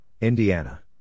Indiana